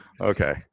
Okay